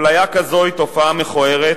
הפליה כזאת היא תופעה מכוערת,